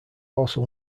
also